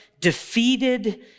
defeated